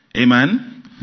Amen